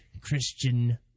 Christian